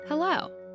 Hello